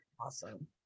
Awesome